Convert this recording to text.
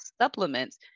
supplements